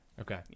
Okay